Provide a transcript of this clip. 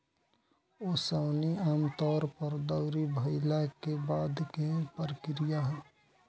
ओसवनी आमतौर पर दौरी भईला के बाद के प्रक्रिया ह